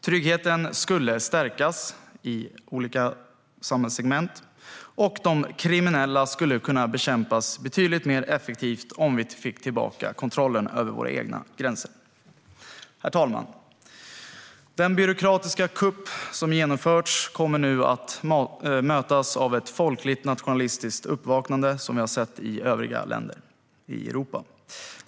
Tryggheten skulle stärkas i olika samhällssegment, och de kriminella skulle kunna bekämpas betydligt mer effektivt om vi fick tillbaka kontrollen över våra egna gränser. Herr talman! Den byråkratiska kupp som genomförts kommer nu att mötas av ett folkligt nationalistiskt uppvaknande, vilket vi har sett i övriga länder i Europa.